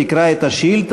תקרא את השאילתה.